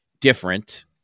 different